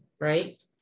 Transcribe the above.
right